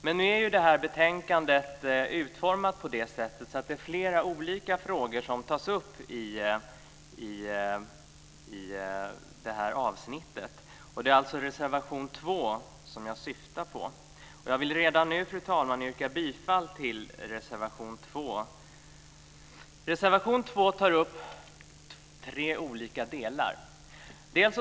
Men detta betänkande är utformat på det sättet att det är flera olika frågor som tas upp i detta avsnitt. Det är alltså reservation 2 som jag syftar på. Jag vill redan nu, fru talman, yrka bifall till reservation 2. I den tas tre olika delar upp.